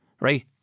right